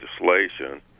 legislation